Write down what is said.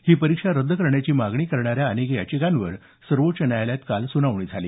ही परीक्षा रद्द करण्याची मागणी करणाऱ्या अनेक याचिकांवर सर्वोच्च न्यायालयात काल सुनावणी झाली